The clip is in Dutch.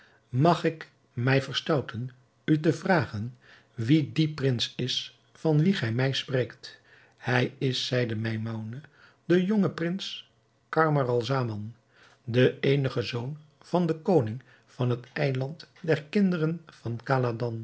mag ik mij verstouten u te vragen wie die prins is van wien gij mij spreekt hij is zeide maimoune de jonge prins camaralzaman de eenige zoon van den koning van het eiland der kinderen van